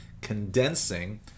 condensing